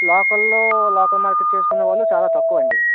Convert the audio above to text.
లోకల్లో local market చేసుకున్న వాళ్ళు చాలా తక్కువ అండి